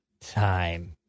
time